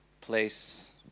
place